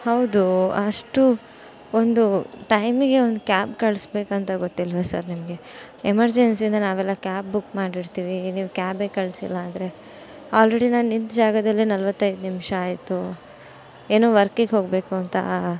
ಹೌದು ಅಷ್ಟು ಒಂದು ಟೈಮಿಗೆ ಒಂದು ಕ್ಯಾಬ್ ಕಳಿಸ್ಬೇಕಂತ ಗೊತ್ತಿಲ್ಲವಾ ಸರ್ ನಿಮಗೆ ಎಮರ್ಜೆನ್ಸಿಯಿಂದ ನಾವೆಲ್ಲ ಕ್ಯಾಬ್ ಬುಕ್ ಮಾಡಿರ್ತೀವಿ ನೀವು ಕ್ಯಾಬೇ ಕಳಿಸಿಲ್ಲ ಅಂದರೆ ಆಲ್ರೆಡಿ ನಾನು ನಿಂತ ಜಾಗದಲ್ಲೇ ನಲವತ್ತೈದು ನಿಮಿಷ ಆಯಿತು ಏನೋ ವರ್ಕಿಗೆ ಹೋಗಬೇಕು ಅಂತ